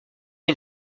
une